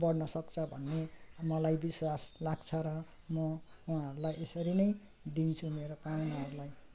बढ्नसक्छ भन्ने मलाई विश्वास लाग्छ र म उहाँहरूलाई यसरी नै दिन्छु मेरो पाहुनाहरूलाई